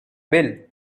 bill